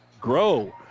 grow